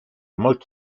molto